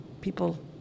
people